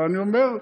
אבל אני אומר: